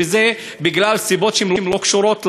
וזה מסיבות שלא קשורות למשרדך,